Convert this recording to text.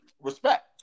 respect